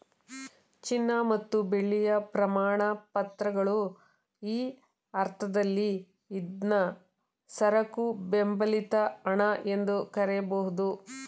ಚಿನ್ನ ಮತ್ತು ಬೆಳ್ಳಿಯ ಪ್ರಮಾಣಪತ್ರಗಳು ಈ ಅರ್ಥದಲ್ಲಿ ಇದ್ನಾ ಸರಕು ಬೆಂಬಲಿತ ಹಣ ಎಂದು ಕರೆಯಬಹುದು